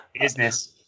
Business